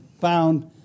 found